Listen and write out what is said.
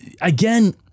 again